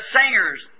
singers